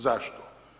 Zašto?